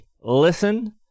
listen